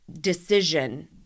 decision